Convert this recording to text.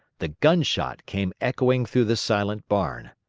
the gunshot came echoing through the silent barn.